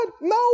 No